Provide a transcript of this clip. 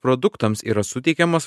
produktams yra suteikiamos